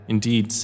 Indeed